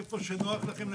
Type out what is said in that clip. איפה שנוח לכם,